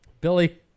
Billy